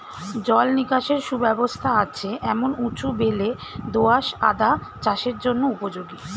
জল নিকাশের সুব্যবস্থা আছে এমন উঁচু বেলে দোআঁশ আদা চাষের জন্য উপযোগী